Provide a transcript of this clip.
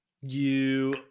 you-